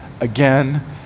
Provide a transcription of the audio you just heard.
again